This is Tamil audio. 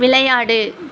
விளையாடு